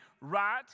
right